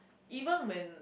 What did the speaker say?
even when